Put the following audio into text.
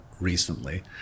recently